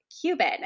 Cuban